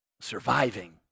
surviving